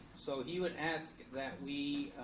so he would ask that we